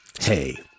Hey